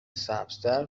سبزتر